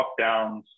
lockdowns